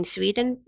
Sweden